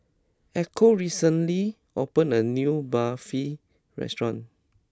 Echo recently opened a new Barfi restaurant